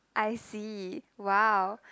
I see !wow!